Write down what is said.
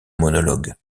monologue